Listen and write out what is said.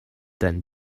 than